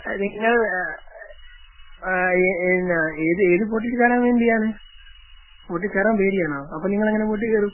ആ നിങ്ങൾ ആ ഏത് ഏത് ബോട്ടിൽ കയറാൻ വേണ്ടിയാണ് ബോട്ടിൽ കയറാൻ പേടിയാണോ അപ്പോൾ നിങ്ങൾ എങ്ങനെ ബോട്ടിൽ കയറും